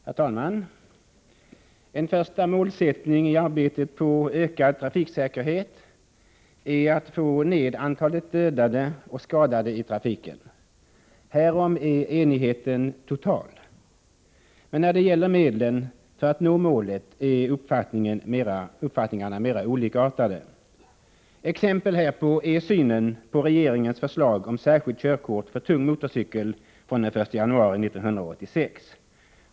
Herr talman! En första målsättning i arbetet på utökad trafiksäkerhet är att få ned antalet dödade och skadade i trafiken. Härom är enigheten total. Men när det gäller medlen för att nå målet är uppfattningarna mer olikartade. Exempel härpå är synen på regeringens förslag om särskilt körkort för tung motorcykel från den 1 januari 1986.